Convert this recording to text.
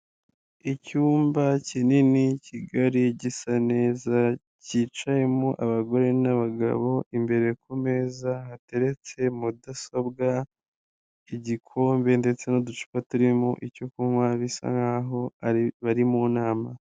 Icyumba kinini ,kigari(uburebure ) gisa neza ,cyicayemo abagore n'abagabo, imbere kumeza hateretse mudasobwa ,igikombe ndetse n'uducupa turimo icyo kunywa bisa nk'aho bari mu nama.